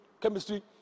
chemistry